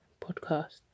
podcast